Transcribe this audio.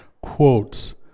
quotes